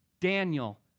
Daniel